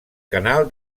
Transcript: canal